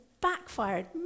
backfired